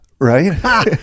right